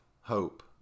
hope